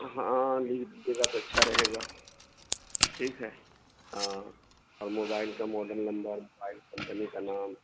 ہاں لکھ دیجیے گا تو اچھا رہے گا ٹھیک ہے ہاں اور موبائل کا ماڈل نمبر موبائل کمپنی کا نام